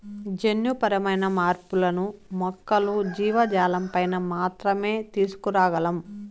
జన్యుపరమైన మార్పులను మొక్కలు, జీవజాలంపైన మాత్రమే తీసుకురాగలం